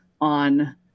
on